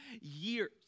years